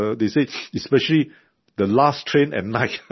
ah they say especially the last train at night.